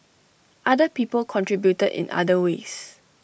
other people contributed in other ways